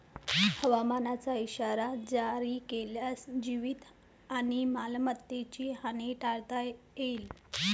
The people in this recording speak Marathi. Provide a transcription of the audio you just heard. हवामानाचा इशारा जारी केल्यास जीवित आणि मालमत्तेची हानी टाळता येईल